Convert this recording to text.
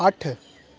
ਅੱਠ